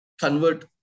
convert